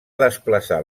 desplaçar